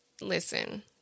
listen